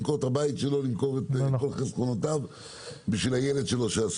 למכור את הבית שלו ואת חסכונותיו בשביל הילד שלו.